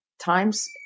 times